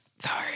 Sorry